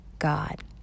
God